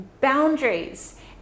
boundaries